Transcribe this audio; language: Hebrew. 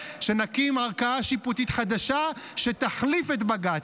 שנקים ערכאה שיפוטית חדשה שתחליף את בג"ץ,